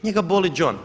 Njega boli đon.